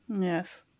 Yes